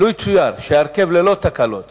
יצויר שההרכב ללא תקלות